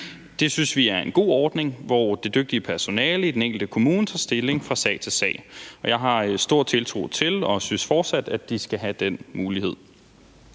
Det synes vi er en god ordning, hvor det dygtige personale i den enkelte kommune tager stilling fra sag til sag, og jeg har stor tiltro til og synes fortsat, at de skal have den mulighed.